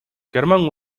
герман